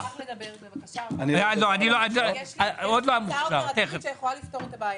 יש לי הצעה שיכולה לפתור את הבעיה.